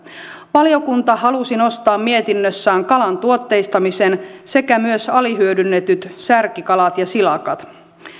valiokunta halusi nostaa mietinnössään kalan tuotteistamisen sekä myös alihyödynnetyt särkikalat ja silakat